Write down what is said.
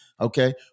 Okay